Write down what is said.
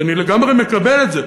ואני לגמרי מקבל את זה.